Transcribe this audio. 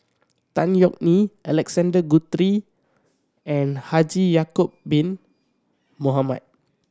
Tan Yeok Nee Alexander Guthrie and Haji Ya'acob Bin Mohamed